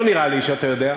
לא נראה לי שאתה יודע.